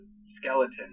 skeleton